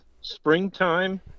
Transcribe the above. springtime